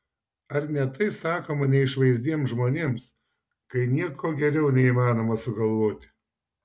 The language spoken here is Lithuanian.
ar ne tai sakoma neišvaizdiems žmonėms kai nieko geriau neįmanoma sugalvoti